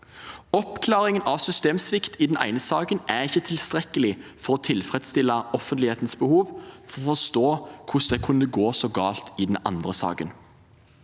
Oppklaring av systemsvikt i den ene saken er ikke tilstrekkelig for å tilfredsstille offentlighetens behov for å forstå hvordan det kunne gå så galt i den andre saken.